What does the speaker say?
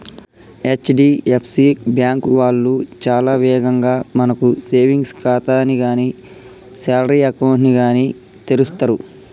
HDFC bank వాళ్ళు చాలా వేగంగా మనకు సేవింగ్స్ ఖాతాని గానీ శాలరీ అకౌంట్ ని గానీ తెరుస్తరు